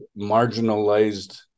marginalized